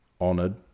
honoured